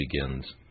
begins